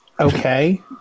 okay